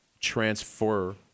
transfer